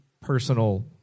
personal